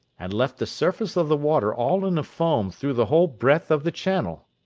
and left the surface of the water all in a foam through the whole breadth of the channel.